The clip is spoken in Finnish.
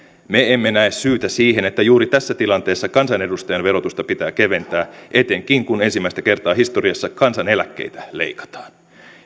me emme näe syytä siihen että juuri tässä tilanteessa kansanedustajan verotusta pitää keventää etenkin kun ensimmäistä kertaa historiassa kansaneläkkeitä leikataan